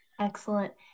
Excellent